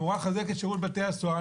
אמורה לחזק את שירות בתי הסוהר.